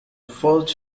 first